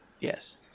yes